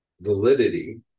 validity